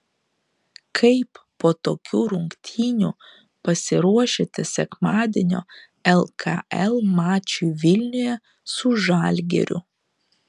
kaip po tokių rungtynių pasiruošite sekmadienio lkl mačui vilniuje su žalgiriu